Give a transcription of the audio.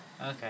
Okay